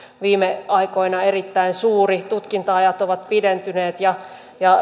viime aikoina erittäin suuri tutkinta ajat ovat pidentyneet ja